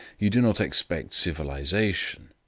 you do not expect civilization,